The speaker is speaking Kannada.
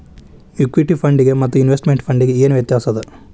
ಇಕ್ವಿಟಿ ಫಂಡಿಗೆ ಮತ್ತ ಇನ್ವೆಸ್ಟ್ಮೆಟ್ ಫಂಡಿಗೆ ಏನ್ ವ್ಯತ್ಯಾಸದ?